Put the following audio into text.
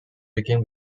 became